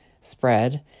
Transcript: spread